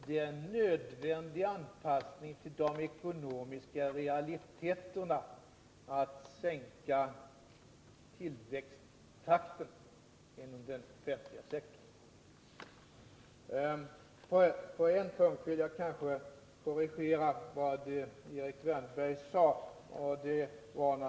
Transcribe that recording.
Det är fråga om en nödvändig anpassning till de ekonomiska realiteterna — att sänka tillväxttakten inom den offentliga sektorn. På en punkt vill jag korrigera vad Erik Wärnberg sade.